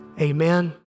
Amen